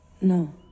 No